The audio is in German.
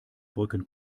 brücken